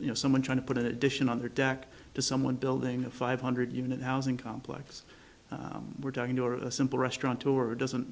you know someone trying to put in addition on their deck to someone building a five hundred unit housing complex we're talking to a simple restaurant or doesn't